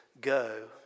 go